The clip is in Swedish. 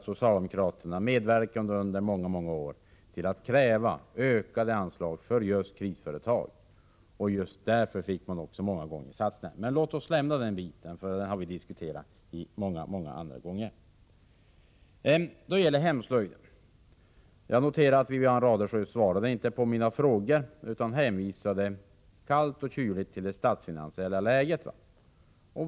Socialdemokraterna har nämligen under många år krävt ökade anslag för just krisföretag. Därför fick vi också många gånger satsa på dessa. Men låt oss lämna den frågan, för den har vi diskuterat många gånger tidigare. När det gäller hemslöjdsverksamheten noterade jag att Wivi-Anne Radesjö inte svarade på mina frågor utan hänvisade kallt och kyligt till det statsfinansiella läget.